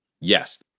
yes